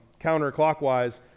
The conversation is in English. counterclockwise